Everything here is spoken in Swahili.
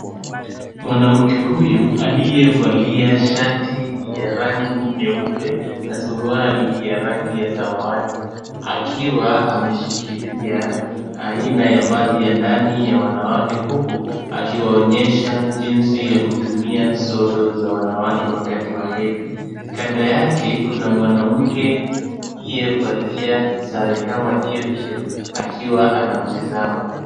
Mwanamke huyu aliyevalia shati ya rangi nyeupe na suruali ya rangi ya samawati akiwa ameshikilia aina ya vazi ya ndani ya wanawake huku akiwaonyesha jinsi ya kutumia sodo za wanawake wakati wa hedhi. Kando yake kuna mwanamke aliyevalia sare kama hio hio akiwa anamtizama.